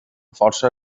força